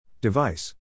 Device